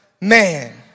Man